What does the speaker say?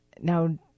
Now